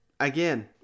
Again